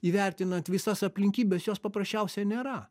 įvertinant visas aplinkybes jos paprasčiausia nėra